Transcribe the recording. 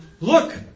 look